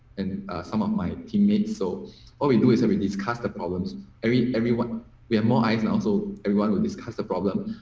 and some of my teammates. so what we do is every discuss the problems i mean everyone we are my eyes and also everyone will discuss the problem